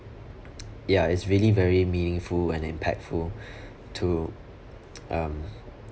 ya it's really very meaningful and impactful to um